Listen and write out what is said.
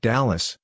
Dallas